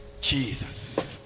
Jesus